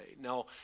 Now